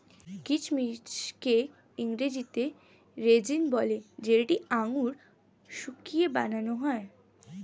কিচমিচকে ইংরেজিতে রেজিন বলে যেটা আঙুর শুকিয়ে বানান হয়